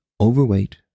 overweight